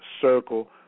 Circle